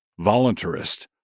voluntarist